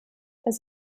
das